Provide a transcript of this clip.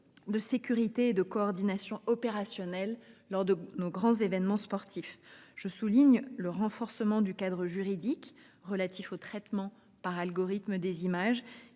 de sécurité et de coordination opérationnelle, lors de nos grands événements sportifs. Le renforcement du cadre juridique relatif au traitement des images